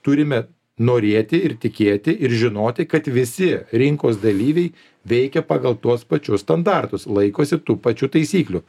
turime norėti ir tikėti ir žinoti kad visi rinkos dalyviai veikia pagal tuos pačius standartus laikosi tų pačių taisyklių